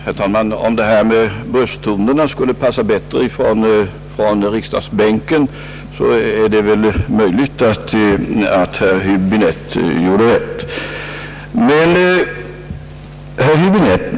Herr talman! Om detta med brösttonerna skulle passa bättre att säga från bänken så är det ju möjligt att herr Höbinette gjorde rätt när han inte gick upp i talarstolen.